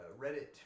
Reddit